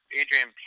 Adrian